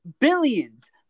billions